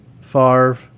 Favre